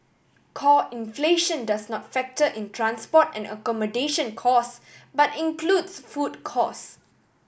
core inflation does not factor in transport and accommodation cost but includes food cost